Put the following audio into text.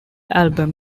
album